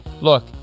look